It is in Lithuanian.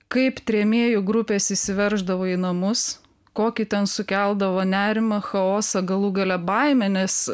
kaip trėmėjų grupės įsiverždavo į namus kokį ten sukeldavo nerimą chaosą galų gale baimę nes